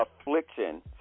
affliction